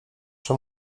czy